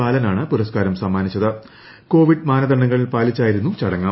ബാലനാണ് പുരസ്കാരം സമ്മാനിച്ചത് കോവിഡ് മാനദണ്ഡങ്ങൾ പാലിച്ചായിരുന്നു ചടങ്ങ്